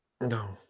No